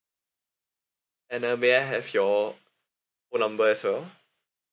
and uh may I have your phone number as well